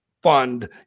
Fund